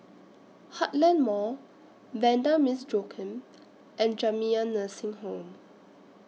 Heartland Mall Vanda Miss Joaquim and Jamiyah Nursing Home